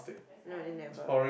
no I think never